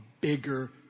bigger